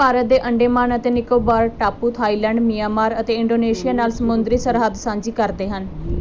ਭਾਰਤ ਦੇ ਅੰਡੇਮਾਨ ਅਤੇ ਨਿਕੋਬਾਰ ਟਾਪੂ ਥਾਈਲੈਂਡ ਮਿਆਂਮਾਰ ਅਤੇ ਇੰਡੋਨੇਸ਼ੀਆ ਨਾਲ ਸਮੁੰਦਰੀ ਸਰਹੱਦ ਸਾਂਝੀ ਕਰਦੇ ਹਨ